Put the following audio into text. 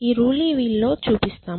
ఈ రూలీ వీల్ లో చూపిస్తాం